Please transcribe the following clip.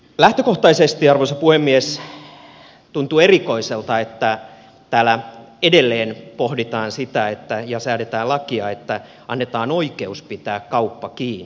lähtökohtaisesti arvoisa puhemies tuntuu erikoiselta että täällä edelleen pohditaan sitä ja säädetään lakia että annetaan oikeus pitää kauppa kiinni